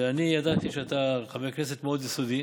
אני ידעתי שאתה חבר כנסת מאוד יסודי,